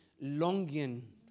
longing